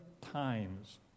times